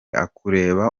akureba